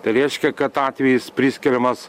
reiškia kad atvejis priskiriamas